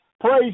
Praise